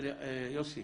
יוסי,